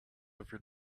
every